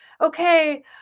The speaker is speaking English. okay